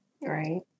Right